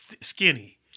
skinny